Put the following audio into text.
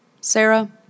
Sarah